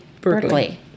Berkeley